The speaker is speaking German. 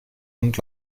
und